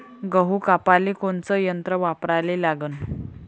गहू कापाले कोनचं यंत्र वापराले लागन?